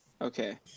Okay